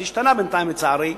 זה השתנה, בינתיים, לצערי,